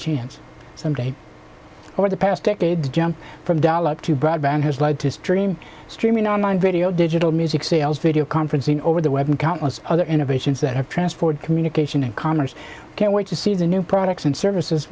chance some day over the past decade to jump from dollar to broadband has led to stream streaming online video digital music sales video conferencing over the web and countless other innovations that have transformed communication and commerce can't wait to see the new products and services